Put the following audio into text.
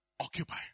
Occupy